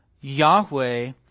Yahweh